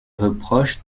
reproche